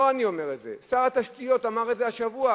לא אני אומר את זה, שר התשתיות אמר את זה השבוע